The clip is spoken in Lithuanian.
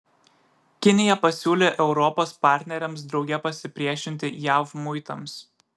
kinija pasiūlė europos partneriams drauge pasipriešinti jav muitams